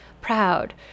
proud